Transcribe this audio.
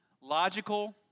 logical